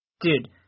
Dude